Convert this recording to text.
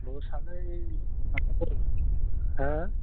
लसआनो जाखाथारो हो